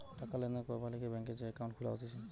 টাকা লেনদেন করবার লিগে ব্যাংকে যে একাউন্ট খুলা হতিছে